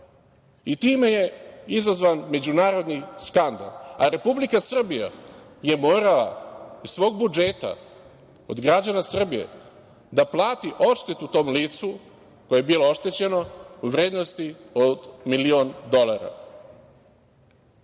i time je izazvan međunarodni skandal. Republika Srbija je morala iz svog budžeta, od građana Srbije da plati odštetu tom licu koje je bilo oštećeno u vrednosti od milion dolara. Tako